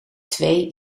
twee